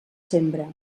sembra